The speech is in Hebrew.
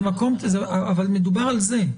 אבל מדובר על זה,